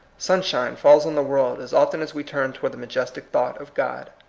sunshine falls on the world as often as we turn toward the majestic thought of god.